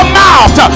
mouth